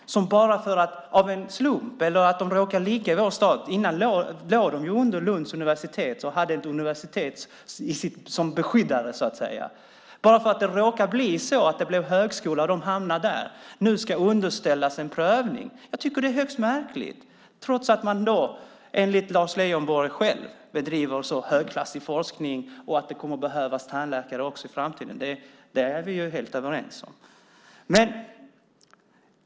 Den låg tidigare under Lunds universitet och hade universitetet som beskyddare, så att säga. Men bara för att det råkade bli en högskola i Malmö och odontologen av en slump hamnade där ska den nu underställas en prövning. Jag tycker att det är högst märkligt. Detta sker trots att man enligt Lars Leijonborg själv bedriver så högklassig forskning och trots att det kommer att behövas tandläkare också i framtiden - och det är vi ju helt överens om.